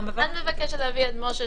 את מבקשת להביא את משה,